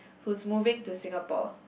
who's moving to Singapore